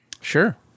Sure